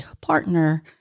partner